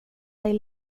dig